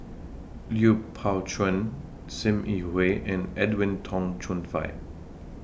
Lui Pao Chuen SIM Yi Hui and Edwin Tong Chun Fai